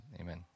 Amen